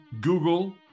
Google